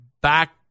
back